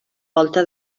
volta